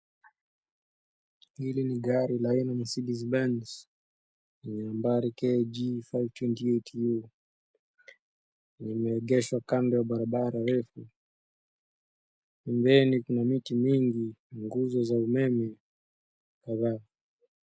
Hili ni gari ni Mercedes Benz lenye nmbari KAG 528U. Limeegeshwa kando ya bararara refu. Pembeni kuna miti mingi, nguzo za umeme kwa wa.